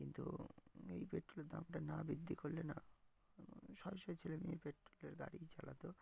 কিন্তু এই পেট্রোলের দামটা না বৃদ্ধি করলে না শয়ে শয়ে ছেলে মেয়ে পেট্রোলের গাড়িই চালাত